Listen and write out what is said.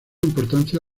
importancia